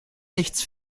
nichts